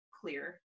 clear